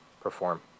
perform